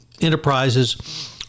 enterprises